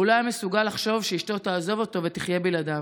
הוא לא היה מסוגל לחשוב שאשתו תעזוב אותו ותחיה בלעדיו.